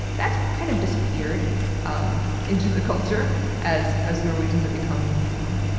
that's kind of disappeared um into the culture as as norwegians have become, you know,